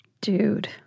Dude